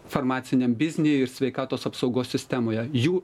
farmaciniam biznyj ir sveikatos apsaugos sistemoje jų